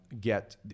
get